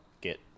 get